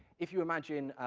if you imagine,